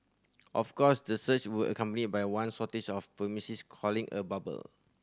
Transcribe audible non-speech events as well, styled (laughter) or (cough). of course the surge were accompanied by one shortage of (unintelligible) calling a bubble